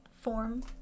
form